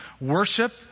Worship